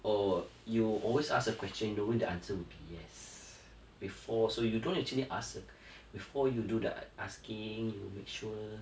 or you always ask a question knowing the answer will be yes before so you don't actually ask before you do the asking you make sure